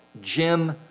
Jim